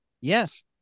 Yes